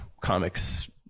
comics